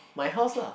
my house lah